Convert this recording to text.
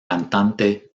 cantante